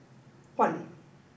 one